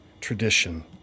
tradition